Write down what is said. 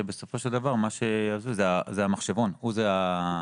נבהיר שבסופו של דבר המחשבון הוא זה שיקבע.